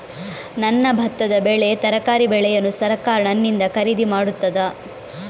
ನನ್ನ ಭತ್ತದ ಬೆಳೆ, ತರಕಾರಿ ಬೆಳೆಯನ್ನು ಸರಕಾರ ನನ್ನಿಂದ ಖರೀದಿ ಮಾಡುತ್ತದಾ?